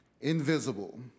invisible